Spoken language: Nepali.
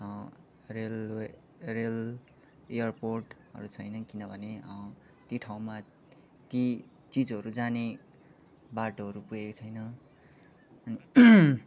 रेलवे रेल एयरपोर्टहरू छैन किनभने ती ठाउँमा ती चिजहरू जाने बाटोहरू पुगेको छैन